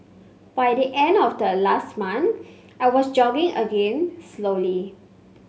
by the end of last month I was jogging again slowly